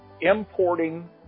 importing